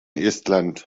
estland